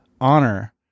honor